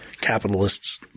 capitalists –